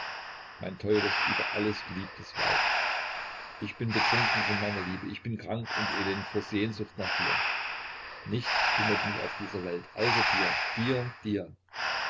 mein teures über alles geliebtes weib ich bin betrunken von meiner liebe ich bin krank und elend vor sehnsucht nach dir nichts kümmert mich auf dieser welt außer dir dir dir